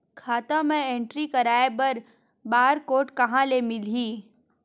खाता म एंट्री कराय बर बार कोड कहां ले मिलही?